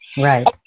right